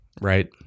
right